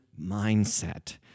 mindset